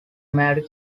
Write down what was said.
mary